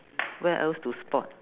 where else to spot